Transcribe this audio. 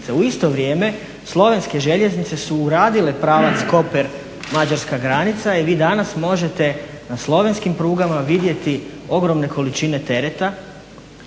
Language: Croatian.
U isto vrijeme slovenske željeznice su uradile pravac Koper, mađarska granica i vi danas možete na slovenskim prugama vidjeti ogromne količine tereta,